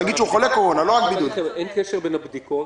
נגיד הוא חולה קורונה --- אין קשר בין הבדיקות.